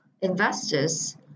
investors